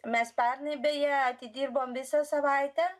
mes pernai beje atidirbom visą savaitę